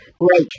Great